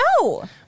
No